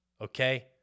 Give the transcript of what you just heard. Okay